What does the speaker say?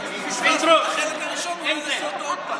היות שפספסתי את החלק הראשון אולי נעשה אותו עוד פעם.